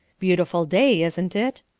beautiful day, isn't it?